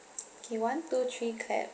K one two three clap